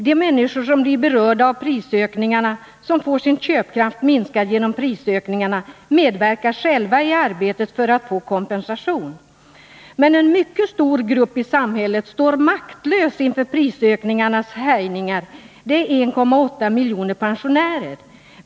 De människor som blir berörda av prisökningarna, som får sin köpkraft minskad genom prisökning Nr 46 arna, medverkar själva i arbetet för att få kompensation. Men en mycket stor grupp i samhället står maktlös inför prisökningarnas härjningar — det är 1,8 miljoner pensionärer.